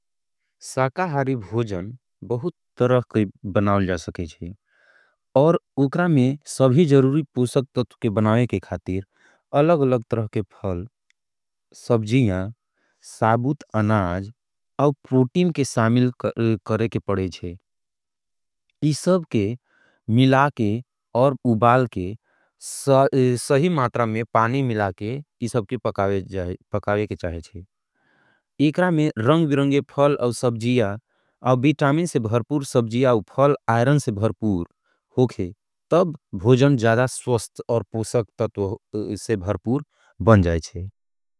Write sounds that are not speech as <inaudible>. साकाहारी भोजन बहुत तरह के बनावल जा सके जे और उक्रा में सभी ज़रूरी पूसक तत्व के बनावे के खातीर अलग अलग तरह के फल, सबजीया, साबूत अनाज और प्रोटीम के सामिल <hesitation> करे के पड़े जे इस सब के मिला के और उबाल के <hesitation> सही मात्रा में पानी <hesitation> मिला के इक्रा में रंग विरंगे फल और सबजीया और बीटामिन से भर्पूर सबजीया और फल आयरन से भर्पूर होके तब भोजन जादा स्वस्त और पूसक तत्व <hesitation> से भर्पूर बन जाएचे।